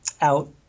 out